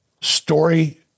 story